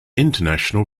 international